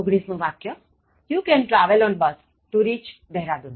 You can travel on bus to reach Dehradun